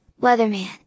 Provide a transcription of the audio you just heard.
Weatherman